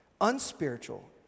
unspiritual